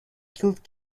killed